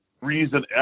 reason